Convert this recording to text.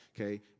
Okay